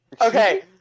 Okay